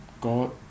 God